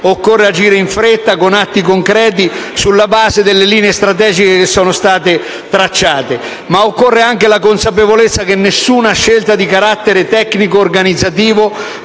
occorre agire in fretta, con atti concreti, sulla base delle linee strategiche che sono state tracciate, ma occorre anche la consapevolezza che nessuna scelta di carattere tecnico-organizzativo